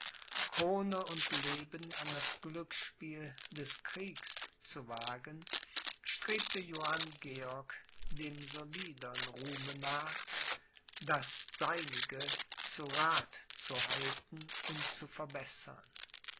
krone und leben an das glücksspiel des kriegs zu wagen strebte johann georg dem solidern ruhme nach das seinige zu rath zu halten und zu verbessern